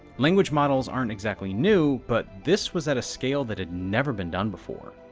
language models aren't exactly new, but this was at a scale that had never been done before.